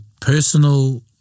personal